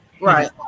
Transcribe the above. Right